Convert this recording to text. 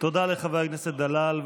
תודה לחבר הכנסת דלל.